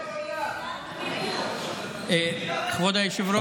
כבוד היושב-ראש.